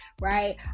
right